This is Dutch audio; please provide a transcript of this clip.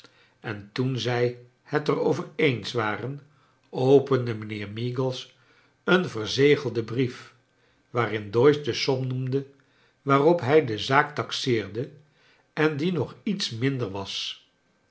en toen zijl het er over eens waren opende mijnheer meagles een verzegelden brief waarin doyce de som noemde waarop hij de zaak taxeerde en die nog iets minder was